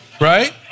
right